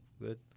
good